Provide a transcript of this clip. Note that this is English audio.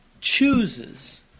chooses